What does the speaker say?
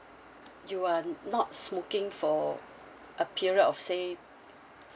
you are not smoking for a period of say